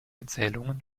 erzählungen